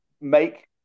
make